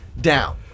down